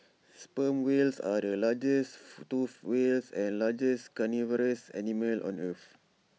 sperm whales are the largest toothed whales and largest carnivorous animals on earth